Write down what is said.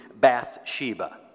Bathsheba